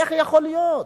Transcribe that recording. איך יכול להיות?